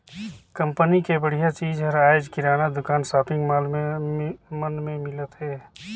company के बड़िहा चीज हर आयज किराना दुकान, सॉपिंग मॉल मन में मिलत हे